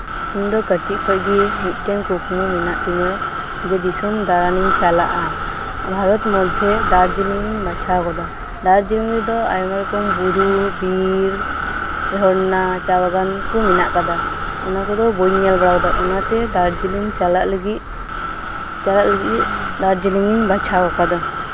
ᱤᱧ ᱫᱚ ᱠᱟᱹᱴᱤᱡ ᱠᱷᱚᱡ ᱜᱮ ᱢᱤᱫᱴᱟᱝ ᱠᱩᱠᱢᱩ ᱢᱮᱱᱟᱜ ᱛᱤᱧᱟᱹ ᱡᱮ ᱫᱤᱥᱟᱹᱢ ᱫᱟᱬᱟᱱᱤᱧ ᱪᱟᱞᱟᱜᱼᱟ ᱵᱷᱟᱨᱚᱛ ᱢᱚᱫᱽᱫᱷᱮ ᱫᱟᱨᱡᱤᱞᱤᱝ ᱤᱧ ᱵᱟᱪᱷᱟᱣ ᱟᱠᱟᱫᱟ ᱫᱟᱨᱡᱤᱞᱤᱝ ᱨᱮᱫᱚ ᱟᱭᱢᱟ ᱨᱚᱠᱚᱢ ᱵᱩᱨᱩ ᱵᱤᱨ ᱪᱟᱼᱵᱟᱜᱟᱱ ᱠᱩ ᱢᱮᱱᱟᱜ ᱟᱠᱟᱫᱟ ᱚᱱᱟ ᱠᱚᱫᱚ ᱵᱟᱹᱧ ᱧᱮᱞ ᱵᱟᱲᱟᱣᱠᱟᱫᱟ ᱚᱱᱟᱛᱮ ᱫᱟᱨᱡᱤᱞᱤᱝ ᱪᱟᱞᱟᱜ ᱞᱟᱹᱜᱤᱫ ᱪᱟᱞᱟᱜ ᱞᱟᱹᱜᱤᱫ ᱫᱟᱨᱡᱤᱞᱤᱝᱤᱧ ᱵᱟᱪᱷᱟᱣ ᱟᱠᱟᱫᱟ